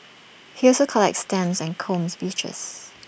he also collects stamps and combs beaches